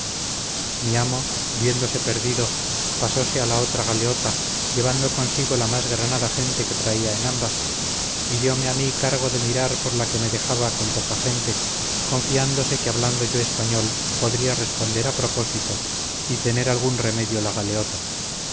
mi amo viéndose perdido pasóse a la otra galeota llevando consigo la más granada gente que traía en ambas y diome a mí cargo de mirar por la que me dejaba con poca gente confiándose que hablando yo español podría responder a propósito y tener algún remedio la galeota